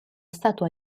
statua